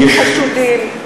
עם חשודים,